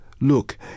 Look